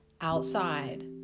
outside